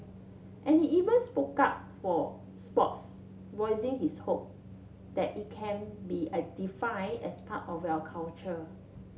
and he even spoke up for sports voicing his hope that it can be a define as part of our culture